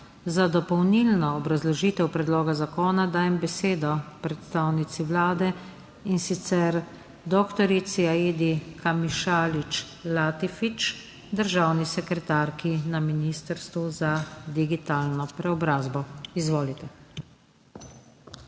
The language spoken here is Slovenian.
Za dopolnilno obrazložitev predloga zakona dajem besedo predstavnici Vlade, in sicer dr. Aidi Kamišalić Latifić, državni sekretarki na Ministrstvu za digitalno preobrazbo. Izvolite.